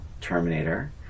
Terminator